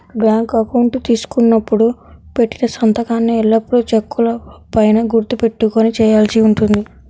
bank account తీసుకున్నప్పుడు పెట్టిన సంతకాన్నే ఎల్లప్పుడూ చెక్కుల పైన గుర్తు పెట్టుకొని చేయాల్సి ఉంటుంది